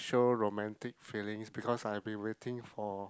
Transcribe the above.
show romantic feelings because I've been waiting for